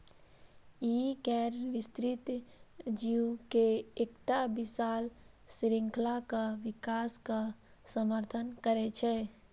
ई गैर विस्तृत जीव के एकटा विशाल शृंखलाक विकासक समर्थन करै छै